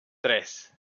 tres